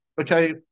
okay